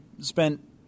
spent